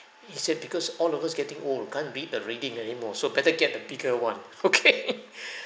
he said because all of us getting old can't read the reading any more so better get the bigger [one] okay